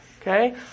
okay